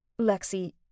Lexi